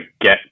get